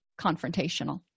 confrontational